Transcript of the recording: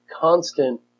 constant